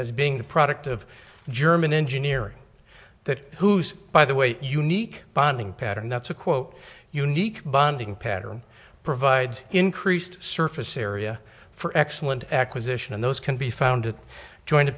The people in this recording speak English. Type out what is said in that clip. as being the product of german engineering that whose by the way unique bonding pattern that's a quote unique bonding pattern provides increased surface area for excellent acquisition and those can be found joined